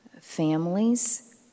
families